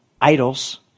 idols